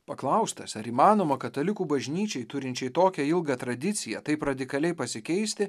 paklaustas ar įmanoma katalikų bažnyčiai turinčiai tokią ilgą tradiciją taip radikaliai pasikeisti